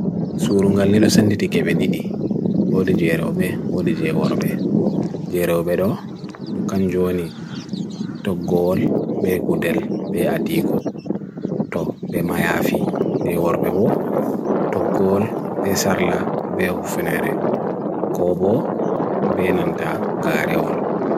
Surungal niru sanditi kebedi di, odi je robe, odi je gorbe, je robe ro, to kanjoni, to gol be gudel be adi ko, to be mayafi de gorbe bo, to gol be sarla be hoofenere, ko bo benanta gare ol.